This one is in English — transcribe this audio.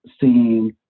seem